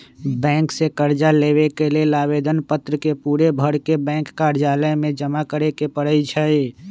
bank से कर्जा लेबे के लेल आवेदन पत्र के पूरे भरके बैंक कर्जालय में जमा करे के परै छै